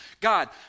God